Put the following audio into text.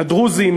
לדרוזים,